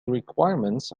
requirements